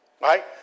Right